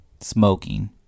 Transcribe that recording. smoking